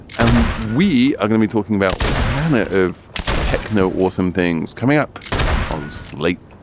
and we are going to be talking about what manner of techno awesome things coming up on slate.